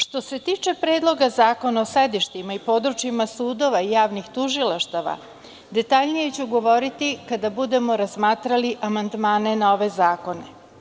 Što se tiče Predloga zakona o sedištima i područjima sudova i javnih tužilaštava, detaljnije ću govoriti kada budemo razmatrali amandmane na ovaj zakon.